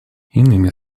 иными